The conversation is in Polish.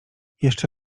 jeszcze